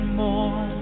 more